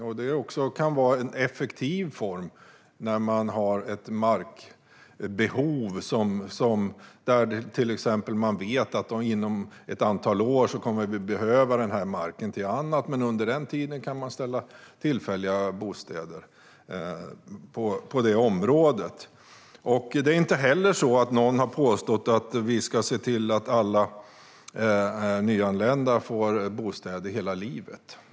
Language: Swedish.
Det kan också vara en effektiv form när det finns ett markbehov, till exempel när man vet att marken inom ett antal år kommer att behövas till något annat. Men under tiden kan man ställa tillfälliga bostäder på området. Ingen har heller påstått att alla nyanlända ska få bostäder för hela livet.